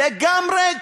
לגמרי קישון.